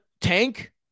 tank